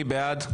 מי בעד?